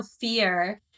fear